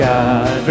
God